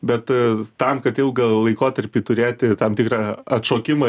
bet tam kad ilgą laikotarpį turėti tam tikrą atšokimą